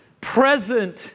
present